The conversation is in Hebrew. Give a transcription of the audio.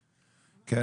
תודה.